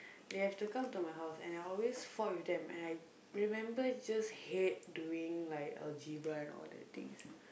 they have to come to my house and I always fought with them and I remember just hate doing like algebra and all that things